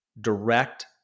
direct